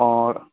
অঁ